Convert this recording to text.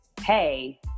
hey